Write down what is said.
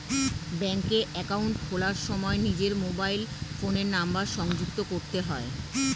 ব্যাঙ্কে অ্যাকাউন্ট খোলার সময় নিজের মোবাইল ফোনের নাম্বার সংযুক্ত করতে হয়